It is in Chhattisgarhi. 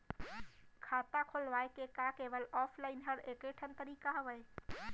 खाता खोलवाय के का केवल ऑफलाइन हर ऐकेठन तरीका हवय?